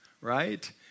right